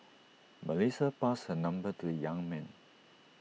Melissa passed her number to the young man